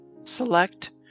Select